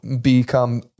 become